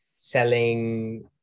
selling